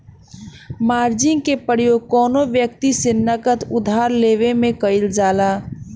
margin के प्रयोग कौनो व्यक्ति से नगद उधार लेवे में कईल जाला